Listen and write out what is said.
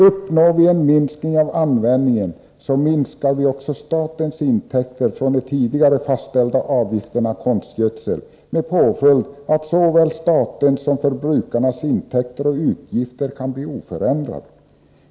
Uppnår vi en minskning av användningen av bekämpningsmedel, minskar också statens intäkter för de tidigare fastställda avgifterna för användning av konstgödsel, vilket får till följd att såväl statens som förbrukarnas intäkter och utgifter blir oförändrade.